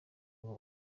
ngo